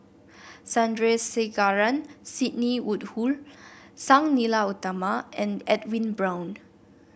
Sandrasegaran Sidney Woodhull Sang Nila Utama and Edwin Brown